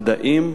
מדעים,